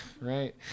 Right